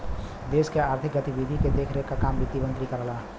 देश के आर्थिक गतिविधि के देखे क काम वित्त मंत्री करलन